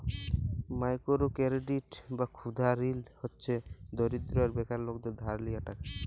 micro credit বা ক্ষুদা ঋল হছে দরিদ্র আর বেকার লকদের ধার লিয়া টাকা